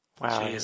Wow